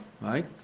right